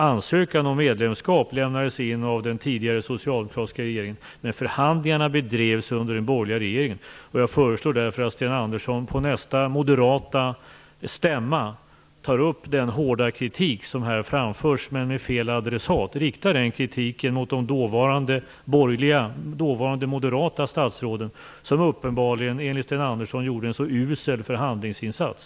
Ansökan om medlemskap lämnades in av den tidigare socialdemokratiska regeringen, men förhandlingarna bedrevs under den borgerliga regeringens tid. Jag föreslår därför att Sten Andersson på nästa moderata stämma tar upp den hårda kritik som här framförs till fel adressat. Rikta den kritiken till de dåvarande moderata statsråden som uppenbarligen, enligt Sten Andersson, gjorde en så usel förhandlingsinsats.